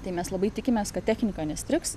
tai mes labai tikimės kad technika nestrigs